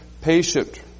patient